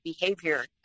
behavior